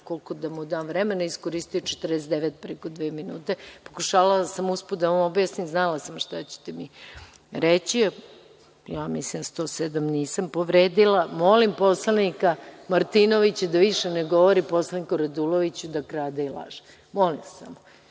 koliko da mu dam vremena. Iskoristio je 49 sekundi preko dve minute. Pokušavala sam usput da vam objasnim. Znala sam šta ćete mi reći. Ja mislim da nisam povredila član 107. Molim poslanika Martinovića da više ne govori poslaniku Raduloviću da krade i laže. Molim vas,